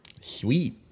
Sweet